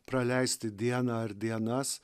praleisti dieną ar dienas